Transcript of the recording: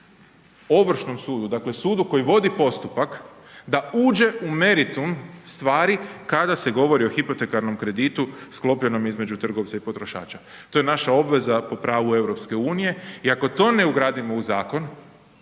Ovršnom sudu, dakle sudu koji vodi postupak da uđe u meritum stvari kada se govori o hipotekarnom kreditu sklopljenom između trgovca i potrošača, to je naša obveza po pravu EU. I ako to ne ugradimo u zakon